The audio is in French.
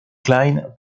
klein